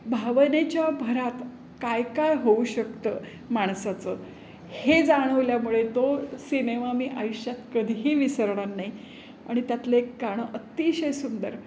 भावनेच्या भरात काय काय होऊ शकतं माणसाचं हे जाणवल्यामुळे तो सिनेमा मी आयुष्यात कधीही विसरणार नाही आणि त्यातलं एक गाणं अतिशय सुंदर